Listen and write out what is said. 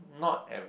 not every